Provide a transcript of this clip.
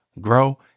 grow